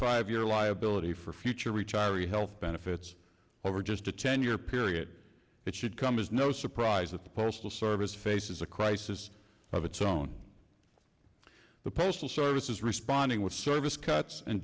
five year liability for future retiree health benefits over just a ten year period it should come as no surprise that the postal service faces a crisis of its own the postal service is responding with service cuts and